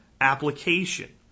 application